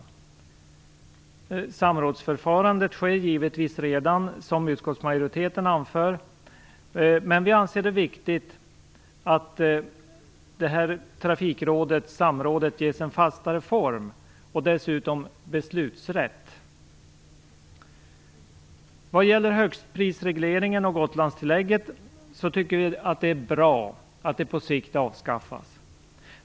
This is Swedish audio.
Ett samrådsförfarande förekommer redan, som utskottsmajoriteten anför, men vi anser att det är viktigt att detta trafiksamråd ges en fastare form och dessutom beslutsrätt. Vad gäller högstprisregleringen och Gotlandstillägget tycker vi att det är bra att dessa på sikt avskaffas.